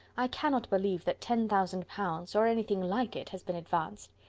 i cannot believe that ten thousand pounds, or anything like it, has been advanced.